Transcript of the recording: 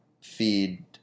feed